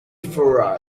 for